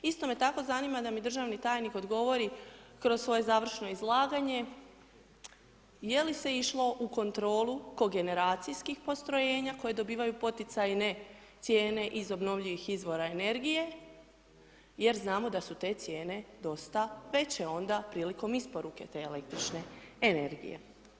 Isto me tako zanima da mi državni tajnik odgovori kroz svoje završno izlaganje je li se išlo u kontrolu kogeneracijskih postrojenja koji dobivaju poticajne cijene iz obnovljivih izvora energije jer znamo da su te cijene dosta veće onda prilikom isporuke te električne energije?